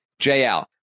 JL